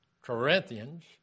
Corinthians